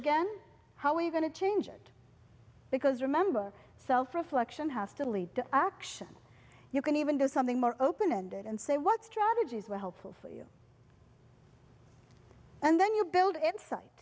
again how are you going to change it because remember self reflection has to lead to action you can even do something more open ended and say what strategies were helpful for you and then you build insight